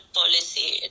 policy